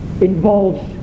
involves